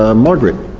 ah margaret.